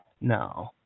No